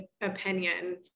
opinion